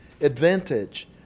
advantage